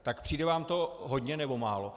Tak přijde vám to hodně, nebo málo?